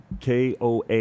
koa